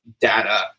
data